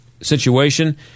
situation